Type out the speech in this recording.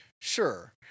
Sure